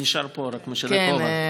אני נשאר פה, רק משנה כובע.